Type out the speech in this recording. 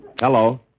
Hello